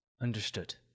Understood